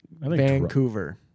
Vancouver